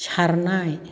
सारनाय